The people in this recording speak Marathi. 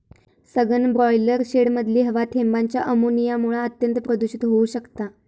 सघन ब्रॉयलर शेडमधली हवा थेंबांच्या अमोनियामुळा अत्यंत प्रदुषित होउ शकता